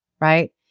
right